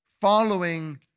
Following